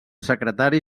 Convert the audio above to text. secretari